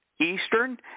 Eastern